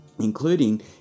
including